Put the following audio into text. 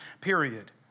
period